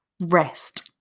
Rest